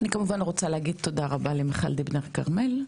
אני כמובן רוצה להגיד תודה רבה למיכל דיבנר כרמל,